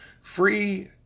Free